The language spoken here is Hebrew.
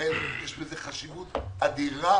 יש בזה חשיבות אדירה